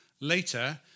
Later